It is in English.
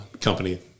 company